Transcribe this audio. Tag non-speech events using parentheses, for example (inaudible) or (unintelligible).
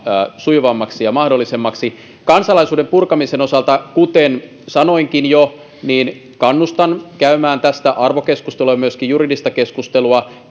sujuvammaksi ja mahdollisemmaksi kansalaisuuden purkamisen osalta kuten sanoinkin jo kannustan käymään arvokeskustelua ja myöskin juridista keskustelua (unintelligible)